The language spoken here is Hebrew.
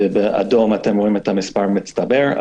באדום מספר מצטבר.